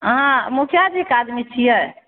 अहाँ मुखिया जीके आदमी छियै